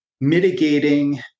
mitigating